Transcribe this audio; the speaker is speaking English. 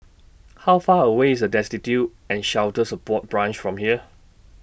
How Far away IS A Destitute and Shelter Support Branch from here